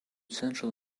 central